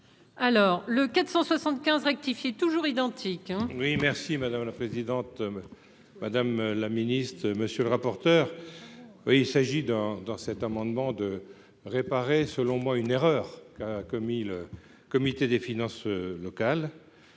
Alors, le 475 rectifié toujours identiques. Oui merci madame la présidente, madame la ministre, monsieur le rapporteur oui il s'agit dans dans cet amendement de réparer selon moi une erreur commis le comité des finances locales